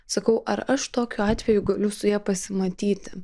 sakau ar aš tokiu atveju galiu su ja pasimatyti